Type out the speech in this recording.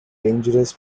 dangerous